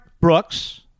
Brooks